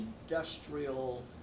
industrial